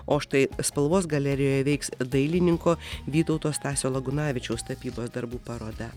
o štai spalvos galerijoje veiks dailininko vytauto stasio lagunavičiaus tapybos darbų paroda